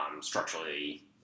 structurally